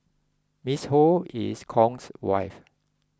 Miss Ho is Kong's wife